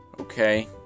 Okay